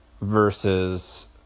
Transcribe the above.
versus